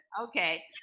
Okay